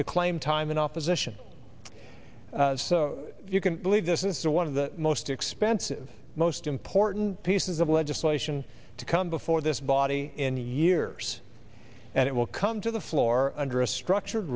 to claim time in office ition you can believe this is one of the most expensive most important pieces of legislation to come before this body in years and it will come to the floor under a structured